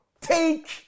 Take